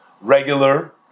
regular